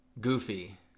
Goofy